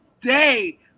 day